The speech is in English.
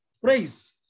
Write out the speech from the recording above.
praise